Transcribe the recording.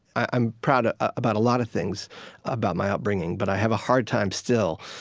i'm proud ah about a lot of things about my upbringing, but i have a hard time, still,